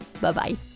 Bye-bye